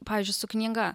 pavyzdžiui su knyga